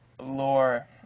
lore